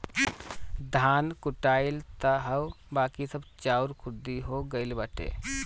धान कुटाइल तअ हअ बाकी सब चाउर खुद्दी हो गइल बाटे